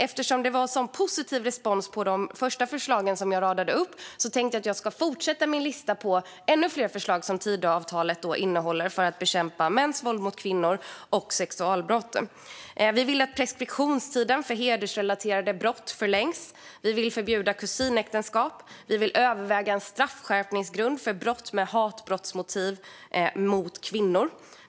Eftersom det var en sådan positiv respons på de första förslagen jag radade upp tänker jag fortsätta med att läsa upp ännu fler förslag i Tidöavtalet när det gäller att bekämpa mäns våld mot kvinnor och sexualbrott. Vi vill att preskriptionstiden för hedersrelaterade brott förlängs. Vi vill förbjuda kusinäktenskap. Och vi vill överväga en straffskärpningsgrund för brott med hatbrottsmotiv mot kvinnor.